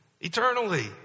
eternally